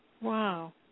Wow